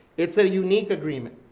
it's a unique agreement,